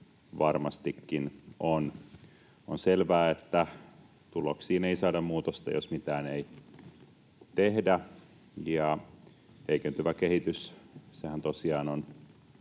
varmastikin on. On selvää, että tuloksiin ei saada muutosta, jos mitään ei tehdä. Heikentyvä kehitys, sehän tosiaan on